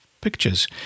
pictures